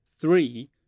three